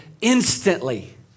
instantly